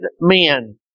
men